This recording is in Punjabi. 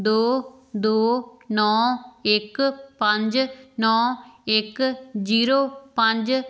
ਦੋ ਦੋ ਨੌ ਇੱਕ ਪੰਜ ਨੌ ਇੱਕ ਜ਼ੀਰੋ ਪੰਜ